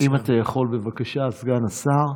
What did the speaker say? אם אתה יכול, בבקשה, סגן השר,